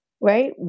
right